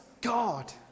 God